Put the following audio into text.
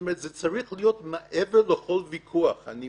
זאת אומרת, זה צריך להיות מעבר לכל ויכוח, אני